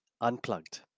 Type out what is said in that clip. unplugged